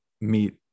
meet